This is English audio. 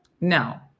No